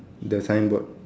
the signboard